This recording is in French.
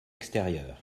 extérieur